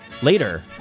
Later